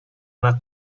una